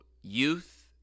youth